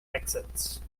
exits